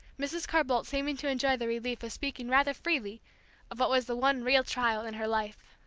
mrs. carr-boldt seeming to enjoy the relief of speaking rather freely of what was the one real trial in her life.